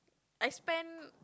I spent